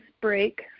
break